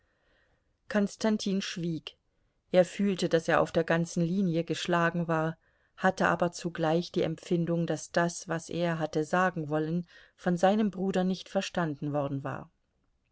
konstantin schwieg er fühlte daß er auf der ganzen linie geschlagen war hatte aber zugleich die empfindung daß das was er hatte sagen wollen von seinem bruder nicht verstanden worden war